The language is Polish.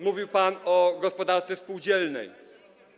Mówił pan o gospodarce współdzielnej.